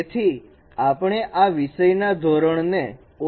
તેથી આપણે આ વિષયના ધોરણ ને ઓછું કરી રહ્યા છીએ